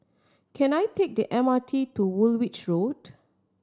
can I take the M R T to Woolwich Road